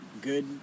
good